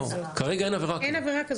כרגע אין עבירה.